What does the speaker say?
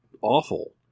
awful